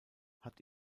hat